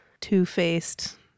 two-faced